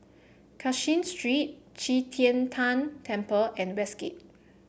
Cashin Street Qi Tian Tan Temple and Westgate